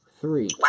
three